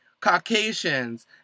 Caucasians